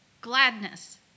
gladness